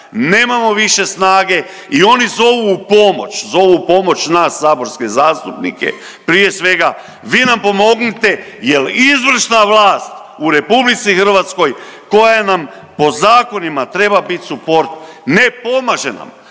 nemamo više snage i oni zovu u pomoć, zovu u pomoć nas saborske zastupnike, prije svega, vi nam pomognite jer izvršna vlast u RH koja nam po zakonima treba biti suport ne pomaže nam,